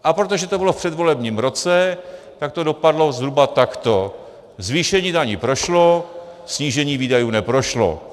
A protože to bylo v předvolebním roce, tak to dopadlo zhruba takto: zvýšení daní prošlo, snížení výdajů neprošlo.